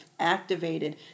Activated